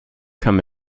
come